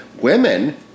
Women